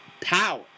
power